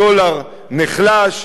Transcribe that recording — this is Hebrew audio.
הדולר נחלש,